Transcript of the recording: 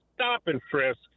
stop-and-frisk